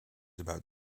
about